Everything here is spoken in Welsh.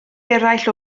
eraill